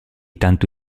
tanto